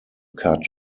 cut